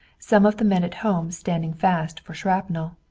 some of the men at home standing fast for shrapnel,